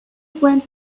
went